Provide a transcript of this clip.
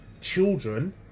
children